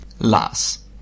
Las